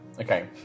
Okay